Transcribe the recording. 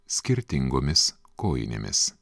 skirtingomis kojinėmis